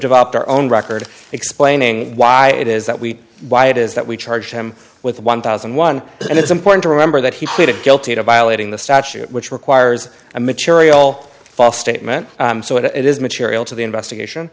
developed our own record explaining why it is that we why it is that we charged him with one thousand and one and it's important to remember that he pleaded guilty to violating the statute which requires a material false statement so it is material to the investigation